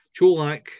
Cholak